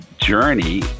journey